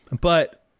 but-